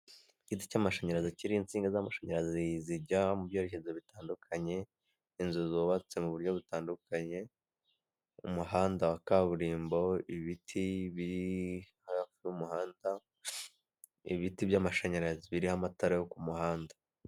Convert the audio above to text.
Igiti cy'amashanyarazi kiriho insinga z'amashanyarazi zijya mu byerekezo bitandukanye, inzu zubatse mu buryo butandukanye, umuhanda wa kaburimbo, ibiti biri hafi y'umuhanda, ibiti by'amashanyarazi birimo amatara yo ku muhanda.